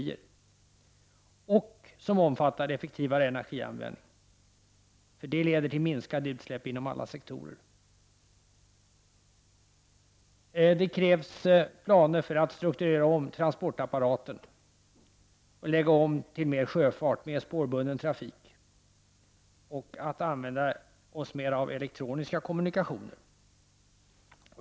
Dessutom skall nämnda åtgärdsprogram omfatta en effektivare energianvändning, för det skulle leda till minskade utsläpp inom alla sektorer. Sedan krävs det planer när det gäller att strukturera om transportapparaten och att åstadkomma en omläggning, så att vi får mer av sjöfart och spårbunden trafik. Dessutom gäller det att vi använder oss mera av elektroniska kommunikationer.